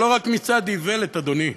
זה לא רק מצעד איוולת, אדוני.